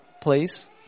please